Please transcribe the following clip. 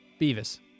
Beavis